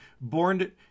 born